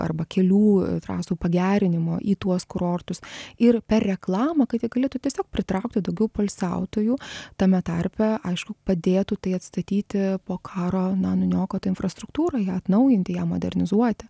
arba kelių trasų pagerinimo į tuos kurortus ir per reklamą kad jie galėtų tiesiog pritraukti daugiau poilsiautojų tame tarpe aišku padėtų tai atstatyti po karo na nuniokotą infrastruktūrą ją atnaujinti ją modernizuoti